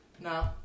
No